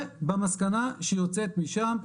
והמסקנה שיוצאת משם,